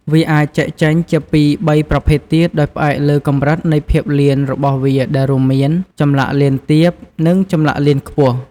វាអាចចែកចេញជាពីរបីប្រភេទទៀតដោយផ្អែកលើកម្រិតនៃភាពលៀនរបស់វាដែលរួមមាន ចម្លាក់លៀនទាប និងចម្លាក់លៀនខ្ពស់។